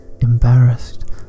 Embarrassed